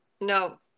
no